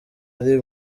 ari